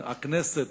הכנסת,